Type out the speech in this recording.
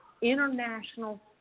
international